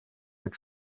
mit